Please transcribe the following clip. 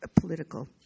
political